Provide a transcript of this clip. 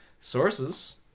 Sources